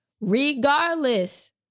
Regardless